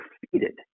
defeated